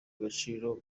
agaciro